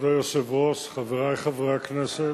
כבוד היושב-ראש, חברי חברי הכנסת,